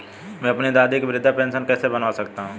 मैं अपनी दादी की वृद्ध पेंशन कैसे बनवा सकता हूँ?